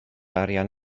arian